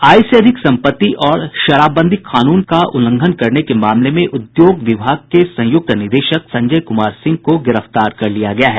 आय से अधिक संपत्ति और शराबबंदी कानून का उल्लंघन करने के मामले में उद्योग विभाग के संयुक्त निदेशक संजय कुमार सिंह को गिरफ्तार कर लिया गया है